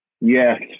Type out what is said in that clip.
Yes